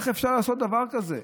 איך אפשר לעשות דבר כזה?